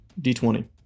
d20